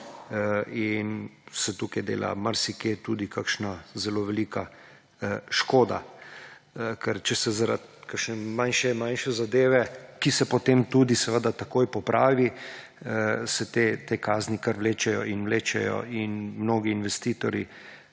in se tukaj dela marsikje tudi kakšna zelo velika škoda. Ker če se zaradi kakšne manjše zadeve, ki se potem seveda tudi takoj popravi, te kazni kar vlečejo in vlečejo. Mnogi investitorji,